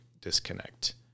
disconnect